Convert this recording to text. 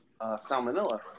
salmonella